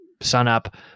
sunup